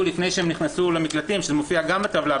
לפני שהן נכנסו למקלטים וזה מופיע גם בטבלה,